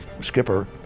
skipper